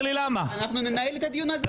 אנחנו ננהל את הדיון הזה.